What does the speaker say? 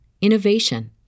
innovation